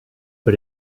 but